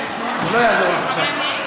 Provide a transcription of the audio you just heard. זה לא יעזור לך עכשיו.